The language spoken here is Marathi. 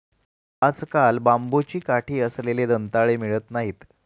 आजकाल बांबूची काठी असलेले दंताळे मिळत नाहीत